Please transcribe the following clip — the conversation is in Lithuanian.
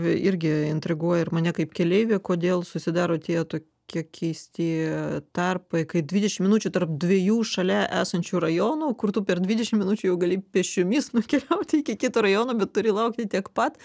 irgi intriguoja ir mane kaip keleivę kodėl susidaro tie tokie keisti tarpai kai dvidešimt minučių tarp dviejų šalia esančių rajonų kur tu per dvidešim minučių jau gali pėsčiomis nukeliauti iki kito rajono bet turi laukti tiek pat